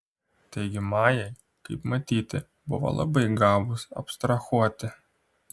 taigi majai kaip matyti buvo labai gabūs abstrahuoti